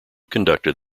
conducted